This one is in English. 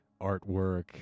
artwork